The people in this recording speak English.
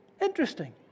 interesting